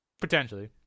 Potentially